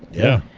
yeah.